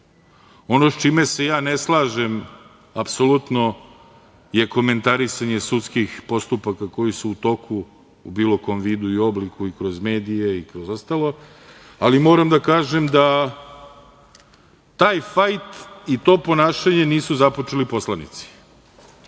Ono sa čime se ne slažem apsolutno je komentarisanje sudskih postupaka koji su u toku u bilo kom vidu i obliku, kroz medije i ostalo, ali moram da kažem da taj fajt i to ponašanje nisu započeli poslanici.